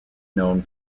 known